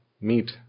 meet